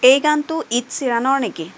এই গানটো ইড শ্বিৰানৰ নেকি